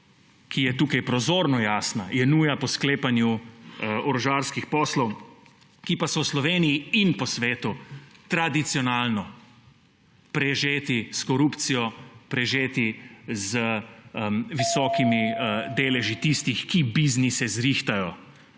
ki je tukaj prozorno jasna, je nuja po sklepanju orožarskih poslov, ki pa so v Sloveniji in po svetu tradicionalno prežeti s korupcijo, prežeti z visokimi deleži tistih, ki biznise zrihtajo,